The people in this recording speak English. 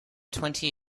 twenty